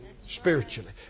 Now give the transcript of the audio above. spiritually